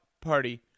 party